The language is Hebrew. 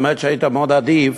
באמת שהיית מאוד אדיב,